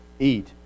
eat